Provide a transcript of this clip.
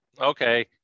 okay